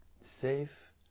safe